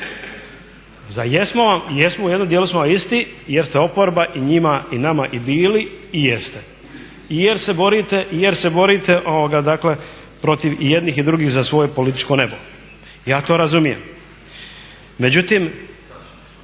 da shvaćam. Jesmo u jednom dijelu smo vam isti jer ste oporba i njima i nama i bili i jeste i jer se borite, dakle protiv i jednih i drugih za svoje političko nebo. Ja to razumijem. Međutim,